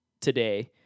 today